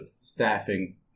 staffing